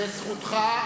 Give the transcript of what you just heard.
זה זכותך.